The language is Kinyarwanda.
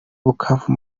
bukavu